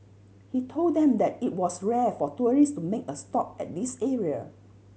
he told them that it was rare for tourist to make a stop at this area